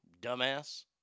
Dumbass